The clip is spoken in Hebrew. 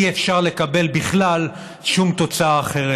אי-אפשר לקבל בכלל שום תוצאה אחרת.